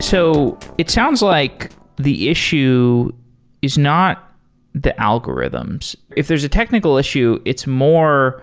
so it sounds like the issue is not the algorithms. if there's a technical issue, it's more